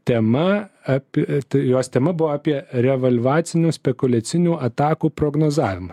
tema api e juos tema buvo apie revalvacinių spekuliacinių atakų prognozavimą